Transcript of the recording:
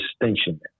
distinction